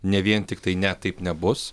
ne vien tiktai ne taip nebus